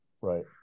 right